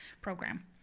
program